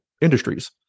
industries